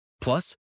Plus